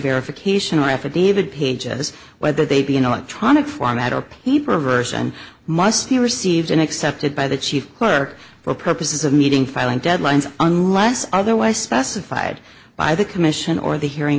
verification or affidavit pages whether they be in electronic format or people averse and must be received and accepted by the chief clerk for purposes of meeting filing deadlines unless otherwise specified by the commission or the hearing